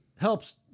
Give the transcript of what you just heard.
helps